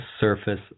surface